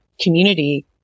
community